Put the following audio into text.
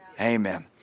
Amen